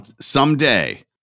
someday